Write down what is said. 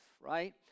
right